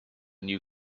new